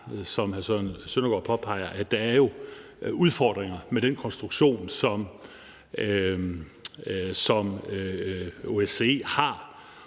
Søndergaard påpeger, at der er udfordringer med den konstruktion, som OSCE har,